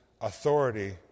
authority